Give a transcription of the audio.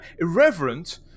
irreverent